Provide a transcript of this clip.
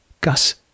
Gus